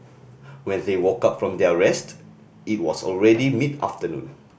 when they woke up from their rest it was already mid afternoon